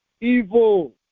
evil